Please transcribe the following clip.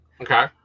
Okay